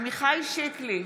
עמיחי שיקלי,